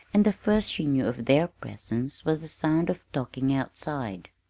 and the first she knew of their presence was the sound of talking outside.